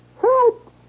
Help